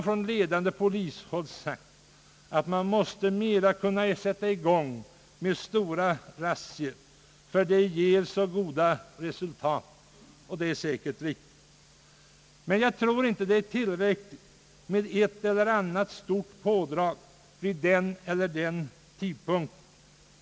Från ledande polishåll har det sagts att man mera måste kunna anordna stora razzior, ty de ger goda resultat. Detta är säkert riktigt. Jag tror dock inte att det är tillräckligt med ett eller annat stort pådrag vid den eller den tidpunkten.